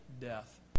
death